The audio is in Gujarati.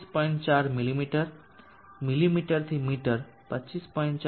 4 મીમી મીમીથી મીટર 25